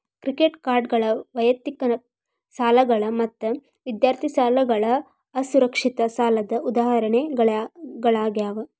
credit ಕಾರ್ಡ್ಗಳ ವೈಯಕ್ತಿಕ ಸಾಲಗಳ ಮತ್ತ ವಿದ್ಯಾರ್ಥಿ ಸಾಲಗಳ ಅಸುರಕ್ಷಿತ ಸಾಲದ್ ಉದಾಹರಣಿಗಳಾಗ್ಯಾವ